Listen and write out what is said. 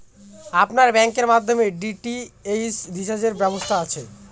আপনার ব্যাংকের মাধ্যমে ডি.টি.এইচ রিচার্জের ব্যবস্থা আছে?